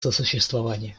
сосуществования